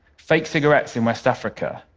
fake cigarettes in west africa,